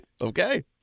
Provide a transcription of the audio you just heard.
Okay